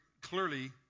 clearly